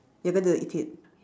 ya I went to eat it